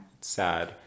Sad